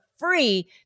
free